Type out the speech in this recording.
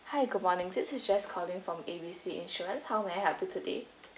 hi good morning this is jess calling from A B C insurance how may I help you today